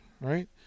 right